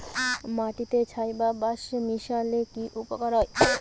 মাটিতে ছাই বা পাঁশ মিশালে কি উপকার হয়?